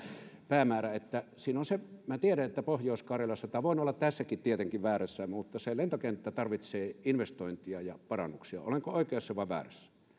päämäärä minä tiedän että pohjois karjalassa tai voin olla tässäkin tietenkin väärässä se lentokenttä tarvitsee investointeja ja parannuksia olenko oikeassa vai väärässä